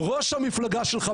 ראש המפלגה שלך.